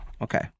okay